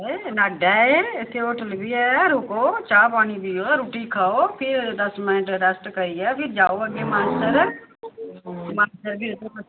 नड ऐ इत्थे होटल बी ऐ रोको चाह् पानी पिऔ रोटी खाऔ फिर दस मिन्ट रेस्ट करियै फिर जाऔ अग्गे पिच्छे मानसर